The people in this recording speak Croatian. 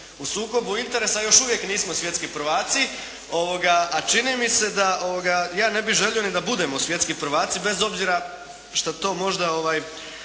U sukobu interesa još uvijek nismo svjetski prvaci, a čini mi se da ja ne bih želio ni da budemo svjetski prvaci bez obzira što to možda